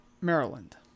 Maryland